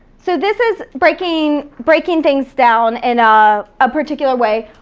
so this is breaking breaking things down in a ah particular way.